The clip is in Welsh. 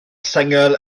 sengl